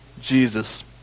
Jesus